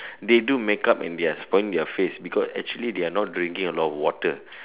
they do make-up and they're spoiling their face because actually they're not drinking a lot of water